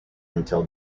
until